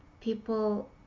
people